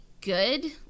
good